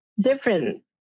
different